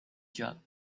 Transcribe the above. job